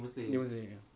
demon slayer ya